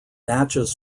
natchez